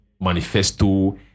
manifesto